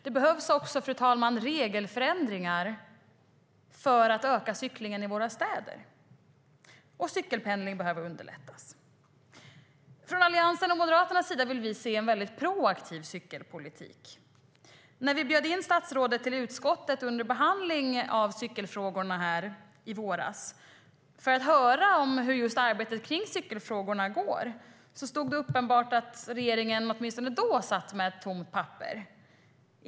Det behövs också regelförändringar för att öka cyklingen i våra städer, och cykelpendling behöver underlättas. Från Alliansens och Moderaternas sida vill vi se en proaktiv cykelpolitik. När vi bjöd in statsrådet till utskottet under behandlingen av cykelfrågorna i våras, för att höra hur regeringens arbete med cykelfrågorna går, stod det klart att regeringen då satt med ett tomt papper.